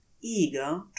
eager